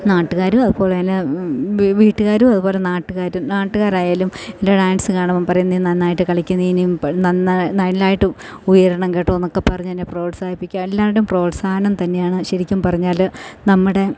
നാട്ടുകാരും അതുപോലെ തന്നെ വീട്ടുകാരും അതുപോലെ നാട്ടുകാരും നാട്ടുകാരായാലും എൻ്റെ ഡാൻസ് കാണുമ്പം പറയും നീ നന്നായിട്ട് കളിക്കും നീ ഇനിയും നന്നായിട്ട് ഉയരണം കേട്ടോ എന്നൊക്കെ പറഞ്ഞ് എന്നെ പ്രോത്സാഹിപ്പിക്കും അല്ലാണ്ട് പ്രോത്സാഹനം തന്നെയാണ് ശരിക്കും പറഞ്ഞാൽ നമ്മുടെ